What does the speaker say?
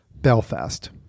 Belfast